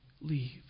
leave